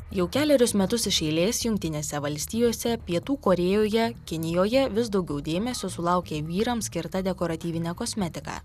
jau kelerius metus iš eilės jungtinėse valstijose pietų korėjoje kinijoje vis daugiau dėmesio sulaukia vyrams skirta dekoratyvinė kosmetika